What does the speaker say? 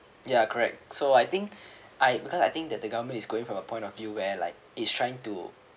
ya correct so I think I because I think that the government is going from a point of view where like is trying to